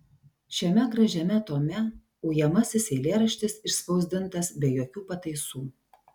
šiame gražiame tome ujamasis eilėraštis išspausdintas be jokių pataisų